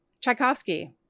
Tchaikovsky